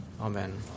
Amen